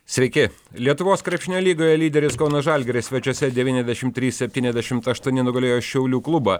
sveiki lietuvos krepšinio lygoje lyderis kauno žalgiris svečiuose devyniasdešimt trys septyniasdešimt aštuoni nugalėjo šiaulių klubą